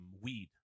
weed